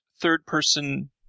third-person